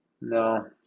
No